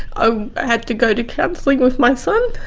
i had to go to counselling with my son,